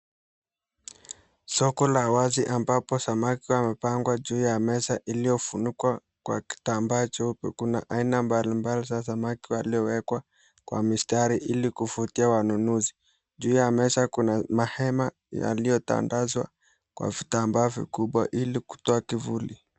Soko la wazi ambapo samaki wamepangwa juu ya meza iliyofunikwa kwa kitambaa cheupe kuna aina mbali mbali za samaki waliowekwa kwa mistari ili kuvutia wanunuzi juu ya meza kuna mahema yaliyotandazwa kwa vitambaa vikubwa ili kutoa kivuli.